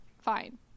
fine